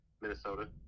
Minnesota